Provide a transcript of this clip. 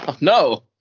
No